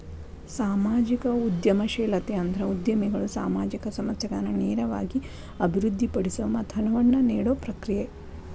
ಸಾಮಾಜಿಕ ಉದ್ಯಮಶೇಲತೆ ಅಂದ್ರ ಉದ್ಯಮಿಗಳು ಸಾಮಾಜಿಕ ಸಮಸ್ಯೆಗಳನ್ನ ನೇರವಾಗಿ ಅಭಿವೃದ್ಧಿಪಡಿಸೊ ಮತ್ತ ಹಣವನ್ನ ನೇಡೊ ಪ್ರಕ್ರಿಯೆ